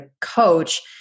coach